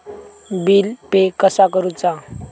Bill pay कसा करुचा?